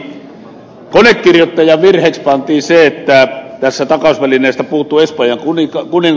konekirjoittajan virheeksi pantiin se että tästä takausvälineestä puuttui espanjan kuningaskunta